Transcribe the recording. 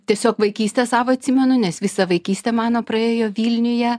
tiesiog vaikystę savo atsimenu nes visa vaikystė mano praėjo vilniuje